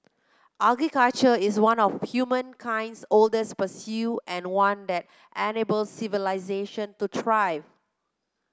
agriculture is one of humankind's oldest pursuit and one that enabled civilisation to thrive